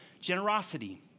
generosity